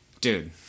dude